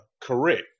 Correct